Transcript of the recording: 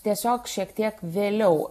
tiesiog šiek tiek vėliau